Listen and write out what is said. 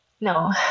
No